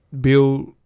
build